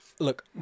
Look